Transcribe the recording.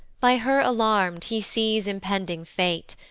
by her alarm'd, he sees impending fate,